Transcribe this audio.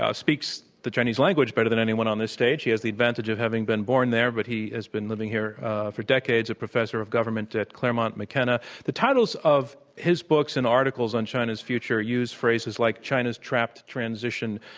speaks the chinese language better than anyone on this stage, he has the advantage of having been born there, but he has been living here for decades, a professor of government at claremont mckenna, the titles of his books and articles on china's future use phrases like, china's trapped transition,